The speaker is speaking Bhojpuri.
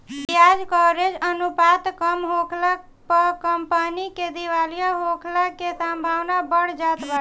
बियाज कवरेज अनुपात कम होखला पअ कंपनी के दिवालिया होखला के संभावना बढ़ जात बाटे